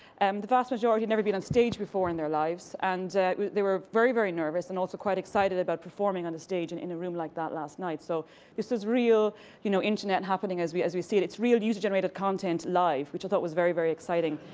and the vast majority had never been on stage before in their lives. and they were very, very nervous. and also quite excited about performing on stage and in a room like that last night. so this is real you know internet happening as we as we see it. it's real user generated content live. which i thought was very, very exciting.